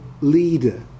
leader